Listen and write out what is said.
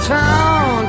town